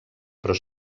però